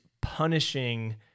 punishing